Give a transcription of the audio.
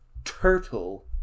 turtle